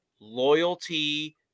loyalty